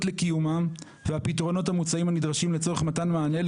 לקיומם והפתרונות המוצעים הנדרשים לצורך מתן מענה,